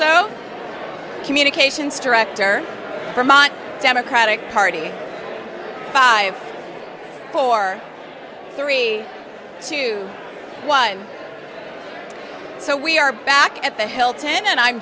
meso communications director for mon democratic party five four three two one so we are back at the hilton and i'